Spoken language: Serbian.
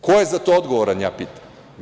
Ko je za to odgovoran, pitam?